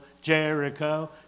Jericho